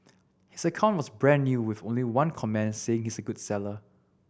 his account was brand new with only one comment saying he's a good seller